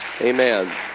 Amen